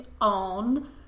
on